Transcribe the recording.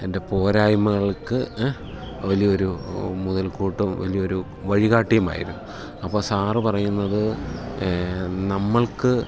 എൻ്റെ പോരായ്മ്മകൾക്ക് വലിയ ഒരു മുതൽ കൂട്ടും വലിയ ഒരു വഴികാട്ടിയുമായിരുന്നു അപ്പം സാറ് പറയുന്നത് നമ്മൾക്ക്